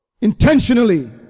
intentionally